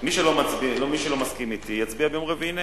מי שלא מסכים אתי, יצביע ביום רביעי נגד.